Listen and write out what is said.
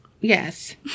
Yes